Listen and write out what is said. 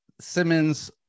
Simmons